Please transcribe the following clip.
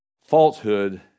falsehood